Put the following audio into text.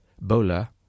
Bola